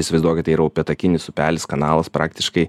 įsivaizduokit tai yra upėtakinis upelis kanalas praktiškai